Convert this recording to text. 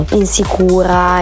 insicura